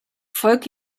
folgt